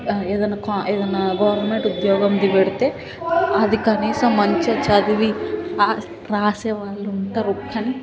ఏదన్న కా ఏదన్న గవర్నమెంట్ ఉద్యోగంది పెడితే అది కనీసం మంచిగా చదివి రా రాసేవాళ్ళు ఉంటరు కానీ